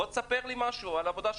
בוא תספר לי משהו על העבודה שלך.